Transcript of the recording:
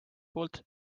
poolt